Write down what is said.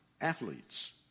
athletes